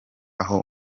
aho